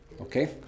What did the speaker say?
Okay